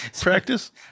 practice